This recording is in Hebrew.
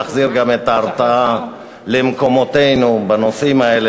להחזיר את ההרתעה למקומותינו בנושאים האלו,